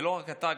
ולא רק אתה,